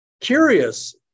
curious